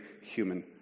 human